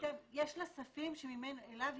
יש לה ספים שאליהם